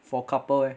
for couple leh